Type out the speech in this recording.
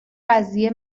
قضیه